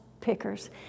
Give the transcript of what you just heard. pickers